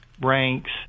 ranks